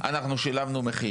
אנחנו שילמנו מחיר.